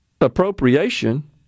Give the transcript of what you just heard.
appropriation